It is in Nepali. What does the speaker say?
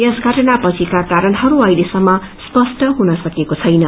यस घटनापछिका कारणहरू अहिलेसम्म स्पष्ट हुन सकेको छैन